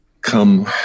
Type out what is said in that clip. come